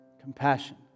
compassion